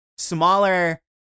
smaller